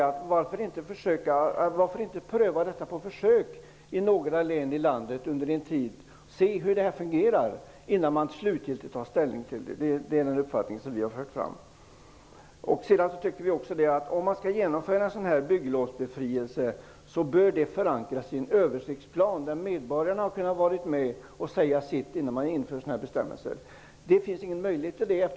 Varför inte pröva detta i några län i landet under en tid för att se hur det fungerar, innan man slutgiltigt tar ställning i frågan? Den uppfattningen har vi fört fram. Om man skall genomföra en bygglovsbefrielse bör det förankras i en översiktsplan där medborgarna har kunnat säga sitt. Det finns ingen möjlighet till det nu.